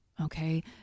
okay